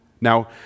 Now